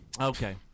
Okay